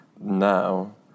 Now